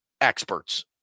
Experts